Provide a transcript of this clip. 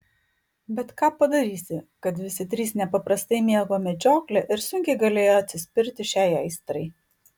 bet ką padarysi kad visi trys nepaprastai mėgo medžioklę ir sunkiai galėjo atsispirti šiai aistrai